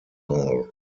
hall